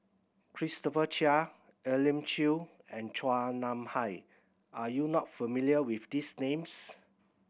Christopher Chia Elim Chew and Chua Nam Hai are you not familiar with these names